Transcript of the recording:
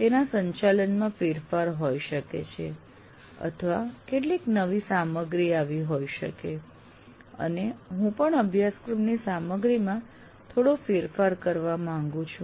તેના સંચાલનમાં ફેરફાર હોય શકે છે અથવા કેટલીક નવી સામગ્રી આવી હોઈ શકે અને હું પણ અભ્યાસક્રમની સામગ્રીમાં થોડો ફેરફાર કરવા માંગું છું